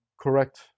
correct